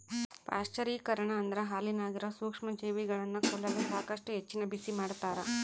ಪಾಶ್ಚರೀಕರಣ ಅಂದ್ರ ಹಾಲಿನಾಗಿರೋ ಸೂಕ್ಷ್ಮಜೀವಿಗಳನ್ನ ಕೊಲ್ಲಲು ಸಾಕಷ್ಟು ಹೆಚ್ಚಿನ ಬಿಸಿಮಾಡ್ತಾರ